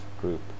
group